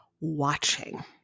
watching